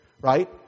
right